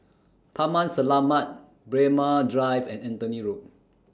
Taman Selamat Braemar Drive and Anthony Road